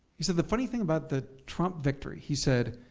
he said, the funny thing about the trump victory he said,